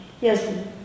Yes